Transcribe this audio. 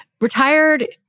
retired